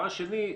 השאלה השנייה.